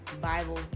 bible